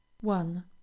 one